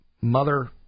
mother